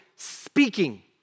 speaking